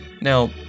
Now